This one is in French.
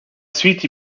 suite